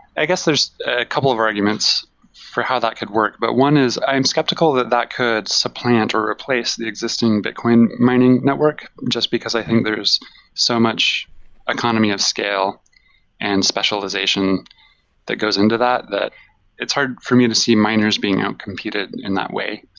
i guess there's a couple of arguments for how that could work, but one is i'm skeptical that that could supplant or replace the existing bitcoin mining network just because i think there is so much economy of scale and specialization that goes into that, that it's hard for me to see miners being outcompeted in that way.